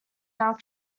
now